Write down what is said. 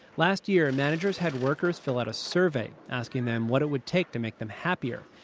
last year, and managers had workers fill out a survey, asking them what it would take to make them happier.